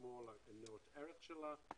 שישמור על מניות הערך של הקרן.